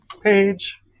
Page